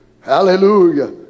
hallelujah